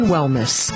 Wellness